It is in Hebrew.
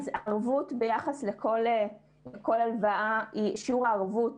הערבות ביחס לכל הלוואה, שיעור הערבות